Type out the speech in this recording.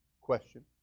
Question